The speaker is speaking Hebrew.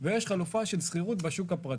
ויש חלופה של שכירות בשוק הפרטי,